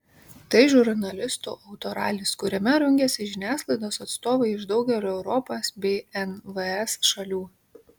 tai žurnalistų autoralis kuriame rungiasi žiniasklaidos atstovai iš daugelio europos bei nvs šalių